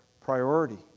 priority